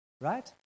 right